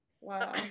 Wow